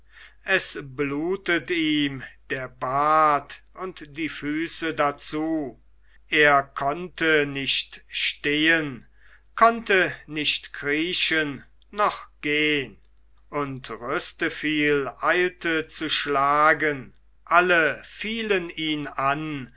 es blutet ihm der bart und die füße dazu er konnte nicht stehen konnte nicht kriechen noch gehn und rüsteviel eilte zu schlagen alle fielen ihn an